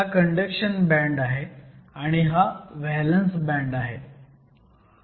हा conduction band आहे आणि हा व्हॅलंस बँड आहे